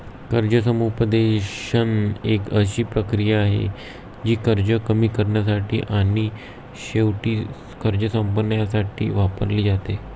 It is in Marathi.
कर्ज समुपदेशन एक अशी प्रक्रिया आहे, जी कर्ज कमी करण्यासाठी आणि शेवटी कर्ज संपवण्यासाठी वापरली जाते